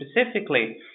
specifically